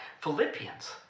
Philippians